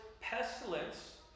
pestilence